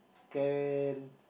can